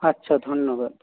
আচ্ছা ধন্যবাদ